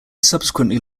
subsequently